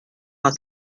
war